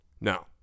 no